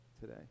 today